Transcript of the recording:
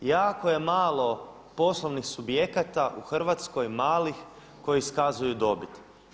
Jako je malo poslovnih subjekata u Hrvatskoj malih koji iskazuju dobit.